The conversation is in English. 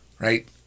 Right